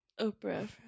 Oprah